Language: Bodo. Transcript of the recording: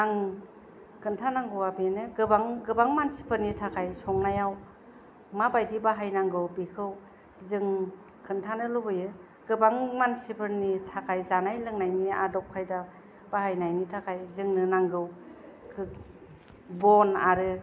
आं खोन्था नांगौवा बेनो गोबां गोबां मानसिफोरनि थाखाय संनायाव मा बायदि बाहायनांगौ बेखौ जों खोन्थानो लुबैयो गोबां मानसिफोरनि थाखाय जानाय लोंनायनि आदब खायदा बाहायनायनि थाखाय जोंनो नांगौ बन आरो